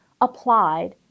applied